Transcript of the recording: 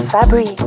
Fabri